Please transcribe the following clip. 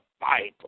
Bible